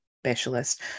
specialist